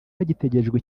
hagitegerejwe